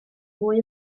fwy